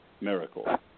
Miracle